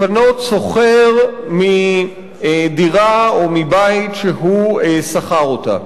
לפנות שוכר מדירה או מבית שהוא שכר אותם.